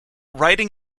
writing